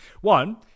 One